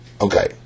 Okay